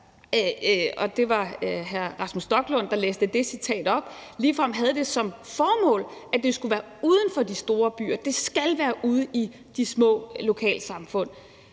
og det var hr. Rasmus Stoklund, der læste det citat op – ligefrem havde det som formål, at det skulle være uden for de store byer; det skal være ude i de små lokalsamfund.